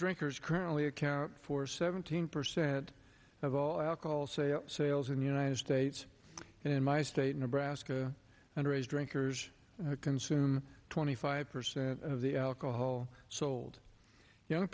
drinkers currently account for seventeen percent of all alcohol sale sales in the united states in my state nebraska and raise drinkers consume twenty five percent of the alcohol sold young